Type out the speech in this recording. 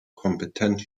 kompetenz